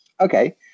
okay